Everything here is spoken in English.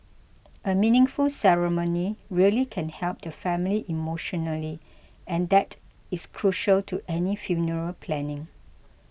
a meaningful ceremony really can help the family emotionally and that is crucial to any funeral planning